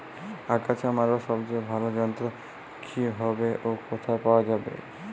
আগাছা মারার সবচেয়ে ভালো যন্ত্র কি হবে ও কোথায় পাওয়া যাবে?